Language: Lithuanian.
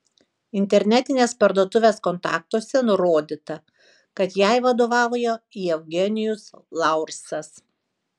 internetinės parduotuvės kontaktuose nurodyta kad jai vadovauja jevgenijus laursas